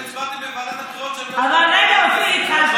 אתם הצבעתם בוועדת הבחירות, רגע, אופיר, התחלתי.